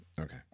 Okay